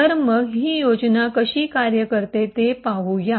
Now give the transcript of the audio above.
तर मग ही योजना कशी कार्य करते ते पाहूया